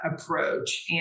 approach